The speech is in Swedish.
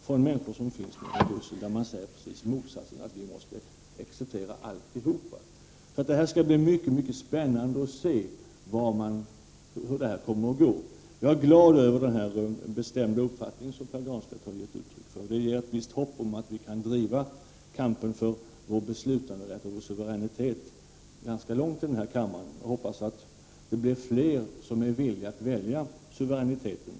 Man säger precis motsatsen. Man säger att vi måste acceptera allt. Det skall bli mycket spännande att se hur det kommer att gå. Jag är glad över den bestämda uppfattning som Pär Granstedt har gett uttryck för. Det inger ett visst hopp om att vi kan bedriva kampen för vår beslutanderätt och vår suveränitet ganska långt i denna kammare. Jag hoppas att det är fler som är villiga att välja suveräniteten.